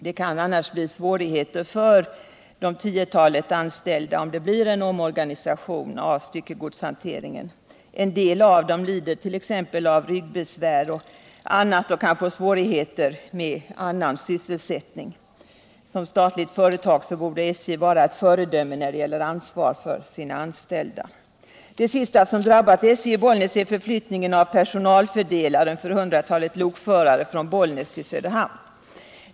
Det kan bli svårigheter för det tiotal som är anställda om det blir omorganisation av styckegodshanteringen. En del av dessa lider av ryggbesvär och annat och kan få svårigheter med annan sysselsättning, Som statligt företag borde SJ vara ett föredöme när det gäller ansvar för sina anställda. Det sista som drabbat SJ i Bollnäs är förflyttningen av personalfördelaren för hundratalet lokförare från Bollnäs till Söderhamn.